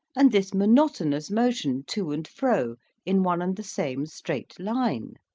and this monotonous motion to and fro in one and the same straight line?